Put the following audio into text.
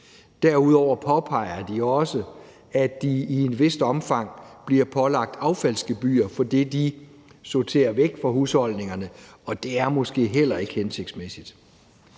Derudover påpeger de også, at de i et vist omfang bliver pålagt affaldsgebyrer for det, de sorterer væk fra husholdningerne, og det er måske heller ikke hensigtsmæssigt.